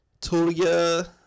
Tulia